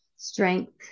strength